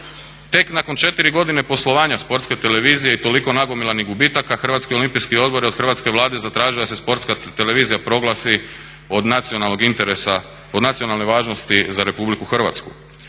Tek nakon četiri godine poslovanja Sportske televizije i toliko nagomilanih gubitaka Hrvatski olimpijski odbor je od Hrvatske Vlade zatražio da se Sportska televizija proglasi od nacionalne važnosti za Republiku Hrvatsku.